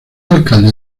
alcalde